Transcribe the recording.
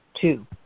two